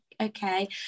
okay